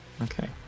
Okay